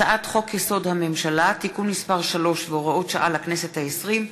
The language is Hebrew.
הצעת חוק-יסוד: הממשלה (תיקון מס' 3 והוראת שעה לכנסת ה-20),